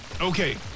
Okay